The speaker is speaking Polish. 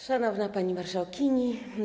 Szanowna Pani Marszałkini!